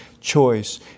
choice